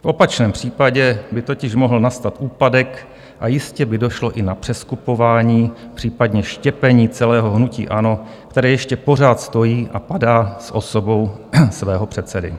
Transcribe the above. V opačném případě by totiž mohl nastat úpadek a jistě by došlo i na přeskupování, případně štěpení celého hnutí ANO, které ještě pořád stojí a padá s osobou svého předsedy.